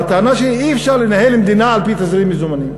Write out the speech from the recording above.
הטענה שלי היא שאי-אפשר לנהל מדינה על-פי תזרים מזומנים.